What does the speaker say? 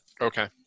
Okay